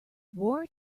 war